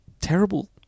terrible